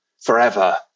forever